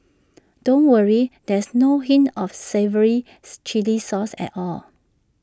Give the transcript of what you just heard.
don't worry there's no hint of the savouries Chilli sauce at all